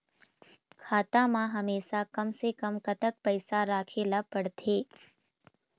खाता मा हमेशा कम से कम कतक पैसा राखेला पड़ही थे?